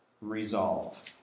resolve